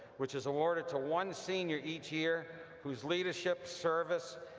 which is awarded to one senior each year whose leadership, service,